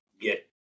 get